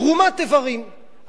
תרומת איברים,